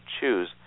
choose